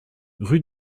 rue